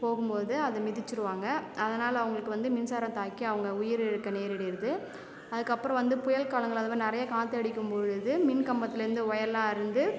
போகும்போது அதை மிதிச்சிருவாங்க அதனால் அவங்களுக்கு வந்து மின்சாரம் தாக்கி அவங்க உயிரிழக்க நேரிடுது அதுக்கு அப்புறம் வந்து புயல் காலங்களில் அந்த மாரி நிறைய காற்றடிக்கும் பொழுது மின்கம்பத்துலேருந்து ஒயர்லாம் அறுந்து